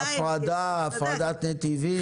הפרדת נתיבים.